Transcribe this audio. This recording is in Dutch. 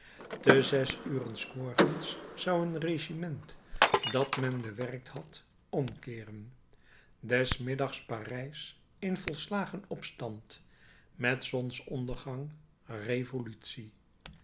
te zes uren s morgens zou een regiment dat men bewerkt had omkeeren des middags parijs in volslagen opstand met zonsondergang revolutie